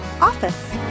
OFFICE